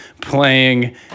playing